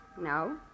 No